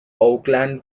oakland